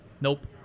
Nope